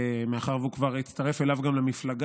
ומאחר שהוא כבר הצטרף אליו גם למפלגה,